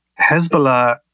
Hezbollah